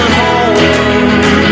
home